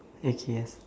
okay yes